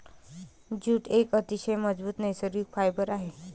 jute एक अतिशय मजबूत नैसर्गिक फायबर आहे